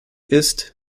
ist